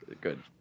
Good